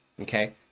Okay